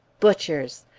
butchers!